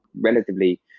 relatively